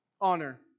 Honor